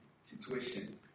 situation